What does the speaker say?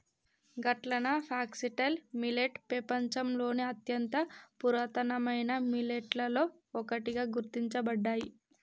గట్లన foxtail millet పెపంచంలోని అత్యంత పురాతనమైన మిల్లెట్లలో ఒకటిగా గుర్తించబడ్డాయి